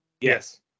Yes